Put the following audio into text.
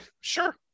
sure